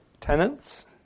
tenants